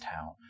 town